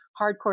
hardcore